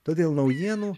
todėl naujienų